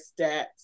stats